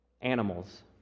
animals